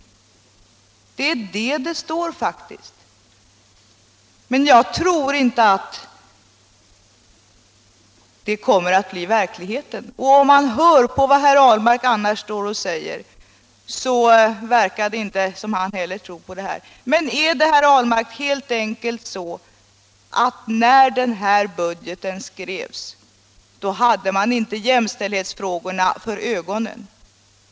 Det är faktiskt vad som står, men jag tror inte att det kommer att bli så i verkligheten - och om man hör på vad herr Ahlmark annars säger, så verkar det inte som om han heller tror det. Är det helt enkelt så, herr Ahlmark, att när den här budgeten skrevs hade man inte jämställdhetsfrågorna för ögonen?